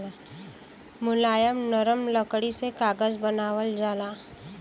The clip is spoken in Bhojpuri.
मुलायम नरम लकड़ी से कागज बनावल जाला